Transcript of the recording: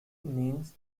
means